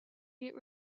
get